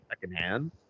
secondhand